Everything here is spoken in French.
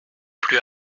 plus